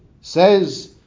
says